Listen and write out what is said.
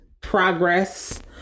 progress